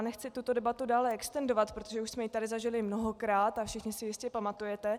Nechci tuto debatu dále extendovat, protože už jsme ji tady zažili mnohokrát a všichni si to jistě pamatujete.